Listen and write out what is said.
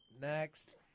Next